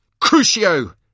Crucio